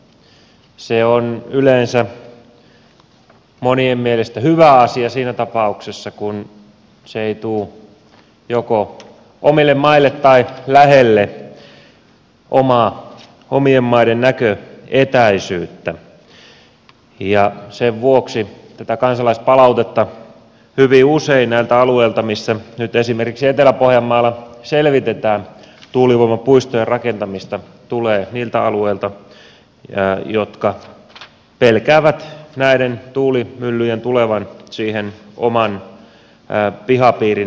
se on yleensä monien mielestä hyvä asia siinä ta pauksessa kun se ei tule joko omille maille tai omien maiden näköetäisyydelle ja sen vuoksi tätä kansalaispalautetta tulee hyvin usein näiltä alueilta missä esimerkiksi nyt etelä pohjanmaalla selvitetään tuulivoimapuistojen rakentamista ja missä pelätään näiden tuulimyllyjen tulevan siihen oman pihapiirin näköetäisyydelle